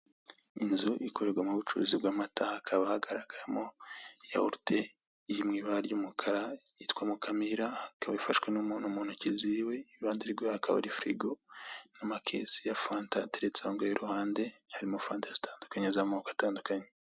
Inzu ikorerwamo ubucuruzi bw'amata, yawurute iri mu ibara ry'umukara yitwa Mukamira ikaba ifashwe n'umuntu mu ntoki ziwe iruhande rwe hakaba hari firigo n'amakesi ya fanta ateretse aho ngaho iruhande, harimo fanta zitandukanye z'amoko atandukanye.